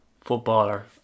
footballer